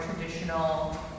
traditional